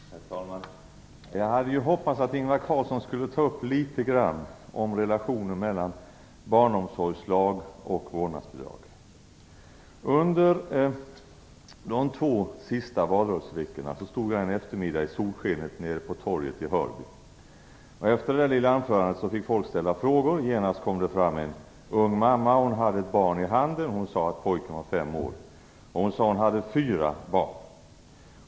Herr talman! Jag hade hoppats att Ingvar Carlsson litet grand skulle ta upp relationerna mellan barnomsorgslagen och vårdnadsbidragen. Under de två sista valrörelseveckorna stod jag en eftermiddag i solskenet nere på torget i Hörby. Efter mitt lilla anförande fick folk ställa frågor, och det kom genast fram en ung mamma med en pojke i handen. Hon sade att barnet var fem år och att hon sammanlagt hade fyra barn.